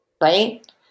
right